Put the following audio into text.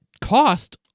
cost